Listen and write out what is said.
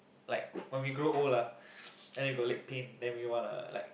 like when we grow old lah then we leg pain then we wanna like